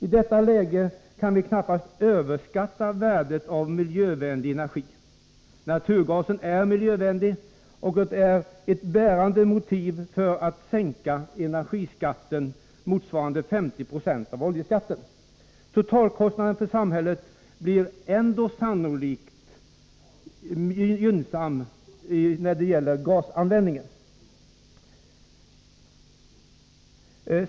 I detta läge kan vi knappast överskatta värdet av miljövänlig energi. Naturgasen är miljövänlig, och det är ett bärande motiv för att sänka energiskatten motsvarande 50 2 av oljeskatten. Totalkostnaden för samhället kommer sannolikt ändå att tala för gasanvändning.